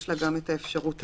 יש לה גם את האפשרות הזו.